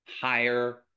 higher